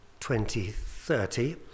2030